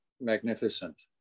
magnificent